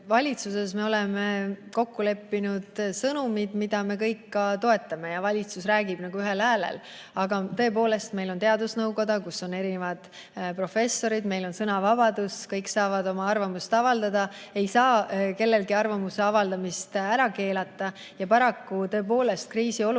Valitsuses me oleme kokku leppinud sõnumid, mida me kõik toetame, valitsus räägib nagu ühel häälel. Aga tõepoolest, meil on teadusnõukoda, kus on erinevad professorid, meil on sõnavabadus, kõik saavad oma arvamust avaldada – ei saa kellelegi arvamuse avaldamist ära keelata. Paraku kriisiolukorras